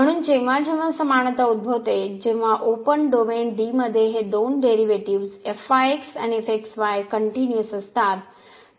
म्हणून जेव्हा जेव्हा समानता उद्भवते जेव्हा ओपन डोमेन डी मध्ये हे दोन डेरिव्हेटिव्ह्ज आणि कनट्युनिअस असतात